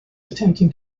attempting